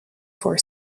four